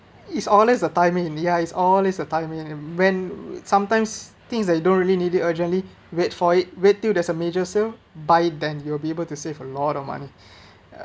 it's always a timing in the eyes all is timing when sometimes things that you don't really need it urgently wait for it wait till there's a major sale buy then you will be able to save a lot of money